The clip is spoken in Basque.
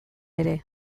ere